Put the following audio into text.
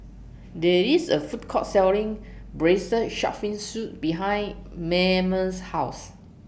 There IS A Food Court Selling Braised Shark Fin Soup behind Mayme's House